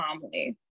calmly